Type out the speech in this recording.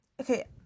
okay